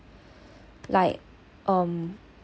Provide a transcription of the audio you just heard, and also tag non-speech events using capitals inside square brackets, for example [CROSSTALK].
[NOISE] like um